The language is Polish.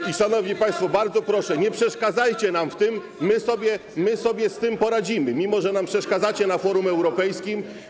I szanowni państwo, bardzo proszę, nie przeszkadzajcie nam w tym, my sobie z tym poradzimy, mimo że nam przeszkadzacie na forum europejskim.